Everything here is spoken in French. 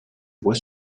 bois